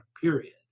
period